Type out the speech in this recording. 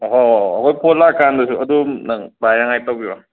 ꯑꯍꯣꯏ ꯍꯣꯏ ꯍꯣꯏ ꯀꯣꯜ ꯂꯥꯛ ꯀꯥꯟꯗꯁꯨ ꯑꯗꯨꯝ ꯅꯪ ꯄꯥꯏꯔꯛꯅꯤꯉꯥꯏ ꯇꯧꯕꯤꯔꯣ